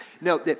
No